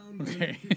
Okay